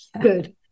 Good